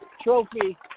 trophy